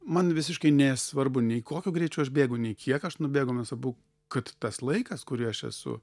man visiškai nesvarbu nei kokiu greičiu aš bėgu nei kiek aš nubėgu man svarbu kad tas laikas kurį aš esu